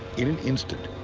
in an instant,